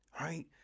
right